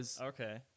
okay